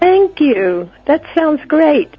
thank you that sounds great